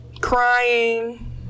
crying